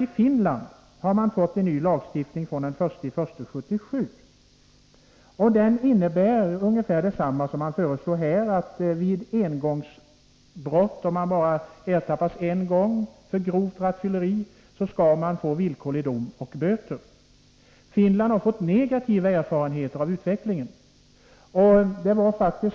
I Finland har man en ny lagstiftning sedan den 1 januari 1977. Den innebär ungefär detsamma som det som föreslås i den nu aktuella utredningen. För enstaka brott, dvs. om man grips för grovt rattfylleri endast en gång, får man villkorlig dom och böter. Jag vill understryka att Finland har negativa erfarenheter av lagstiftningen. Den oroande utvecklingen